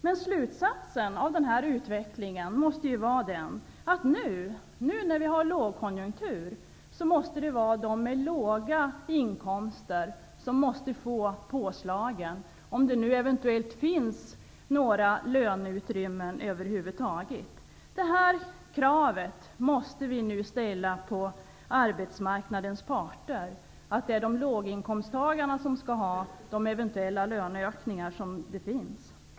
Men slutsatsen av den utvecklingen måste bli att nu när vi har lågkonjunktur så måste de med låga inkomster få påslagen, om det nu över huvud taget finns några utrymmen för lönepåslag. Det krav vi nu måste ställa på arbetsmarknadens parter är att det är låginkomsttagarna som skall ha de ev. löneökningar som det finns utrymme för.